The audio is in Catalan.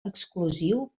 exclusiu